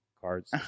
cards